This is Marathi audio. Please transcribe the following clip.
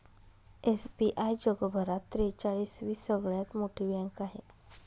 एस.बी.आय जगभरात त्रेचाळीस वी सगळ्यात मोठी बँक आहे